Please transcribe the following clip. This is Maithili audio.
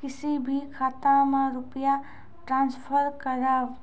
किसी भी खाता मे रुपिया ट्रांसफर करबऽ?